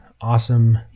awesome